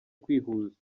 kwihuza